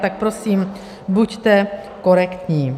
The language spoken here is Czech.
Tak prosím, buďte korektní.